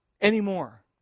Anymore